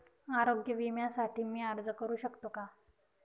आरोग्य विम्यासाठी मी अर्ज करु शकतो का?